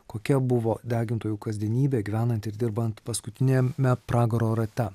kokia buvo degintojų kasdienybė gyvenant ir dirbant paskutiniam me pragaro rate